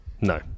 No